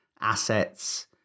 assets